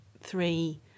three